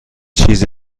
چیز